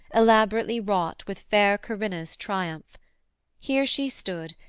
elaborately wrought with fair corinna's triumph here she stood,